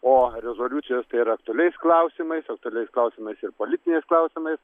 o rezoliucijos tai ir aktualiais klausimais aktualiais klausimais ir politiniais klausimais